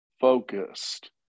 focused